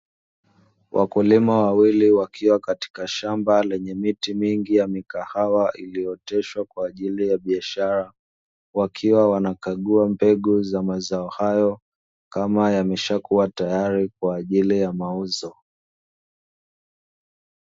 Wakulima wawili wakiwa katika shamba lenye miti mingi ya mikahawa iliyooteshwa kwaajili ya bishara, wakiwa wanakagua mbegu za mazao hayo kama yashakuwa tayari kwaajili ya mauzo.